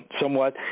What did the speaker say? Somewhat